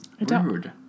rude